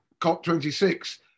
COP26